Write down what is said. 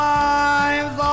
lives